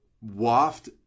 waft